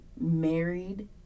married